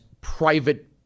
private